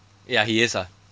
ya he is ah